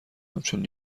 همچون